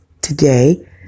Today